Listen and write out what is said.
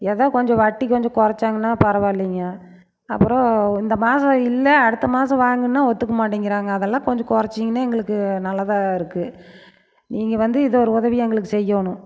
ஏதோ கொஞ்சம் வட்டி கொஞ்சம் குரச்சாங்கன்னா பரவால்லிங்க அப்புறோம் இந்த மாதம் இல்லை அடுத்த மாதம் வாங்கணுன்னா ஒத்துக்க மாட்டேன்ங்கிறாங்க அதெல்லாம் கொஞ்சம் குறச்சீங்கன்னா எங்களுக்கு நல்லதாக இருக்கு நீங்கள் வந்து இத ஒரு உதவிய எங்களுக்கு செய்யனும்